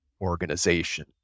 organization